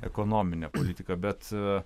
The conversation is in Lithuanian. ekonominė politika bet